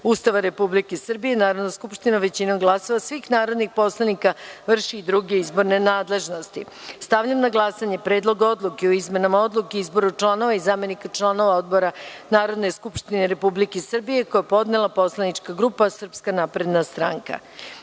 Ustava Republike Srbije, Narodna skupština većinom glasova svih narodnih poslanika, vrši i druge izborne nadležnosti. Stavljam na glasanje Predlog odluke o izmenama Odluke o izboru članova i zamenika članova odbora Narodne skupštine Republike Srbije, koji je podnela Poslanička grupa SNS.Molim narodne poslanike